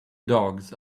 dogs